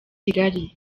kigali